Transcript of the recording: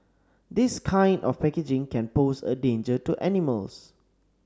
this kind of packaging can pose a danger to animals